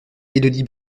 élodie